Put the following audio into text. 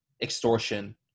extortion